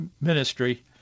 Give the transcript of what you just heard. ministry